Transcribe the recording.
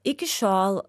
iki šiol